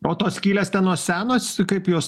o tos skylės ten nuo senos kaip jos